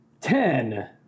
Ten